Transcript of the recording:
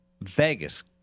Vegas